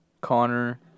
Connor